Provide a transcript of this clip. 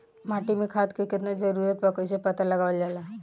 माटी मे खाद के कितना जरूरत बा कइसे पता लगावल जाला?